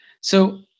So-